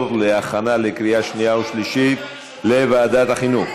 להכנה לקריאה שנייה ושלישית לוועדת החינוך.